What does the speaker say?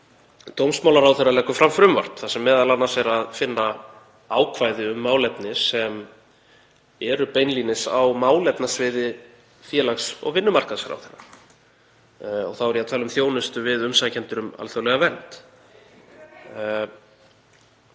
dómsmálaráðherra leggur fram frumvarp þar sem m.a. er að finna ákvæði um málefni sem eru beinlínis á málefnasviði félags- og vinnumarkaðsráðherra. Þá er ég að tala um þjónustu við umsækjendur um alþjóðlega vernd.